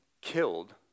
killed